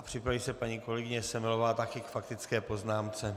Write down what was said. Připraví se paní kolegyně Semelová, také k faktické poznámce.